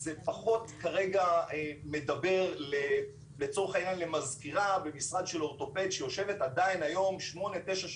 זה פחות מדבר כרגע לצורך העניין למזכירה במשרד של אורתופד